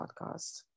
podcast